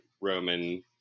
Roman